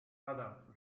adam